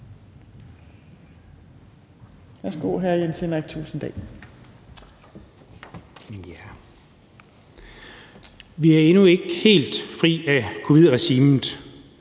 Vi er endnu ikke helt fri af covid-regimet.